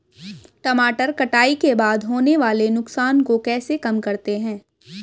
टमाटर कटाई के बाद होने वाले नुकसान को कैसे कम करते हैं?